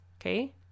okay